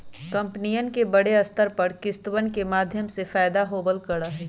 कम्पनियन के बडे स्तर पर किस्तवन के माध्यम से फयदा होवल करा हई